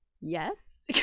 Yes